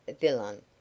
villain